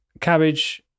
cabbage